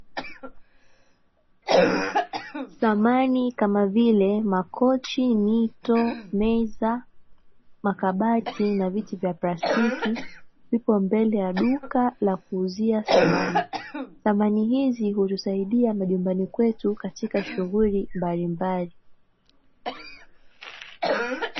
Samani kama vile makochi, mito, meza, makabati na viti vya plastiki vipo mbele ya duka la kuuzia samani. Samani hizi hutusaidia majumbani kwetu katika shughuli mbalimbali.